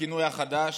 בכינוי החדש,